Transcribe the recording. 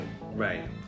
Right